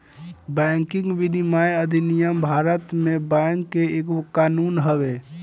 banking विनियमन अधिनियम भारत में बैंक के एगो कानून हवे